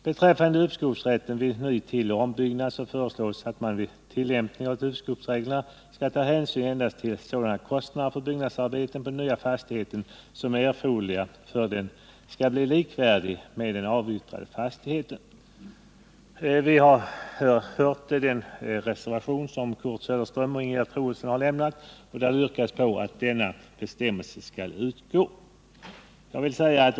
Beträffande uppskovsrätten vid ny-, tilloch ombyggnad föreslås att man vid tillämpning av uppskovsreglerna skall ta hänsyn endast till sådana kostnader för byggnadsarbeten på den nya fastigheten som är erforderliga för att denna skall bli likvärdig med den avyttrade fastigheten. I reservationen 1 av Kurt Söderström och Ingegerd Troedsson har yrkats att denna bestämmelse skall utgå.